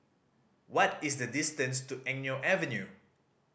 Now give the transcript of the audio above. what is the distance to Eng Neo Avenue